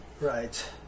Right